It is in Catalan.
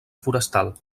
forestal